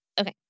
Okay